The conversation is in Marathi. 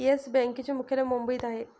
येस बँकेचे मुख्यालय मुंबईत आहे